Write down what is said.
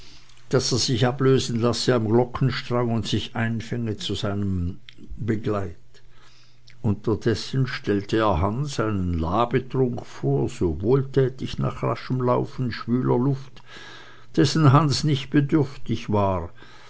daß er sich ablösen lasse am glockenstrang und sich einfinde zu seinem begleit unterdessen stellte er hans einen labetrunk vor so wohltätig nach raschem laufe in schwüler luft dessen hans nicht bedürftig war